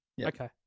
Okay